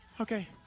Okay